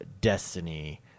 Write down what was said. destiny